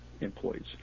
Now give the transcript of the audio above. employees